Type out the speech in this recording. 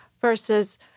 versus